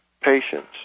patients